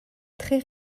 très